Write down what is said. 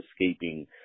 escaping